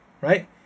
right